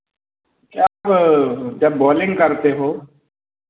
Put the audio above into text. क्या अब जब बॉलिंग करते हो